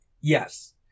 Yes